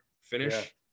finish